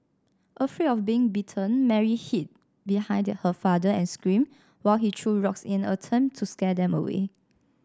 afraid of being bitten Mary hid behind her father and screamed while he threw rocks in attempt to scare them away